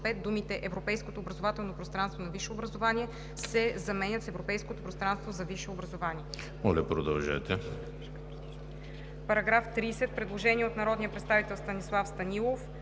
думите „европейското образователно пространство на висше образование“ се заменят с „европейското пространство за висше образование“. По § 30 има предложение от народния представител Станислав Станилов.